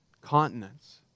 continents